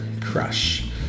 Crush